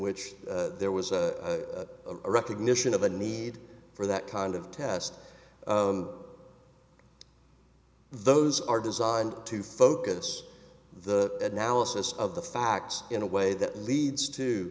which there was a recognition of a need for that kind of test those are designed to focus the analysis of the facts in a way that leads to